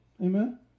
Amen